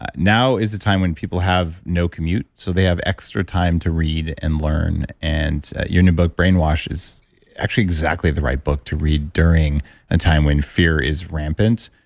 ah now is the time when people have no commute so they have extra time to read and learn. and your new book, brain wash is actually exactly the right book to read during a time when fear is rampant.